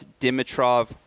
Dimitrov